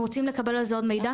אנחנו רוצים לקבל על זה עוד מידע,